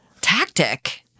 tactic